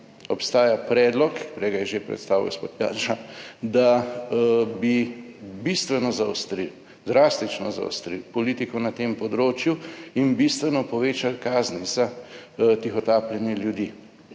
Obstaja predlog, prej ga je že predstavil gospod Janša, da bi bistveno zaostrili, drastično zaostrili politiko na tem področju in bistveno povečali kazni za tihotapljenje ljudi.